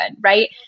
right